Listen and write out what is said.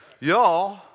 Y'all